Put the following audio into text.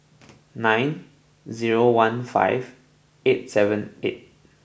nine zero one five eight seven eight